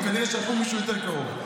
אבל כנראה שלחו מישהו יותר קרוב.